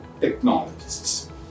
Technologists